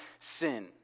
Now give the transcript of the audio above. sin